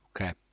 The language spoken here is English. Okay